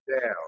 down